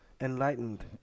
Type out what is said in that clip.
Enlightened